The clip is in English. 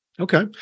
Okay